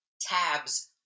tabs